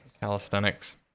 Calisthenics